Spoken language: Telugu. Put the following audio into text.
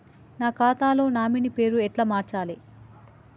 నా ఖాతా లో నామినీ పేరు ఎట్ల మార్చాలే?